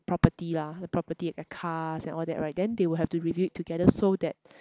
property lah the property like cars and all that right then they will have to review it together so that